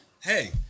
hey